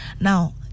Now